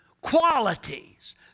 qualities